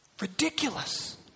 Ridiculous